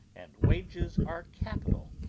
and wages are capital.